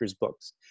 Books